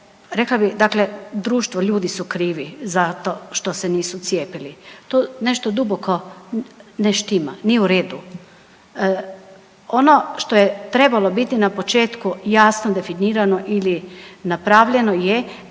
rekla bih dakle društvo ljudi su krivi zato što se nisu cijepili. To nešto duboko ne štima, nije u redu. Ono što je trebalo biti na početku jasno definirano ili napravljeno je